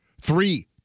Three